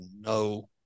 no